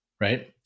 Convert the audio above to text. right